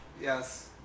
Yes